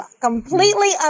completely